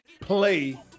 play